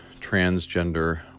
transgender